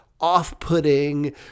off-putting